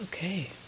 Okay